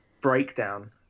breakdown